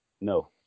no